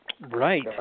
Right